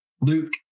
Luke